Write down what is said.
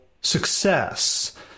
success